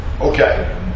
okay